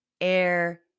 air